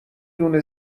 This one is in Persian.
دونه